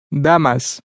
Damas